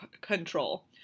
control